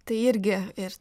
tai irgi ir